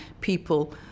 people